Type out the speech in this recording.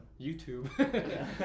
YouTube